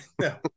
No